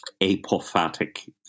apophatic